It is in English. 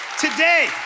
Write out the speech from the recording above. today